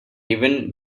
even